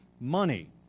Money